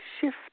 shift